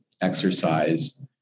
exercise